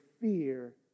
fear